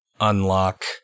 unlock –